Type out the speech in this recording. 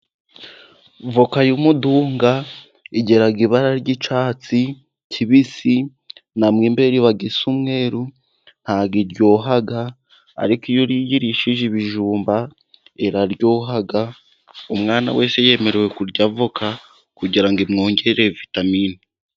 Avoka y'umudunga igira ibara ry'icyatsi kibisi, na mwo imbere iba isa umweru. Ntabwo iryoha, ariko iyo uyirishije ibijumba iraryoha. Umwana wese yemerewe kurya avoka kugira ngo imwongerere vitamine.